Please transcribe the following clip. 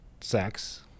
sex